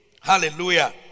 Hallelujah